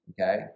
Okay